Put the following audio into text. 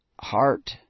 heart